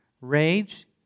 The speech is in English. rage